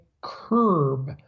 curb